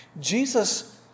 Jesus